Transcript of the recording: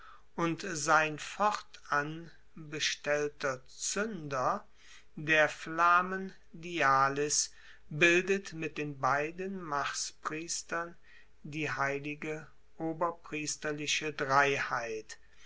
und sein fortan bestellter zuender der flamen dialis bildet mit den beiden marspriestern die heilige oberpriesterliche dreiheit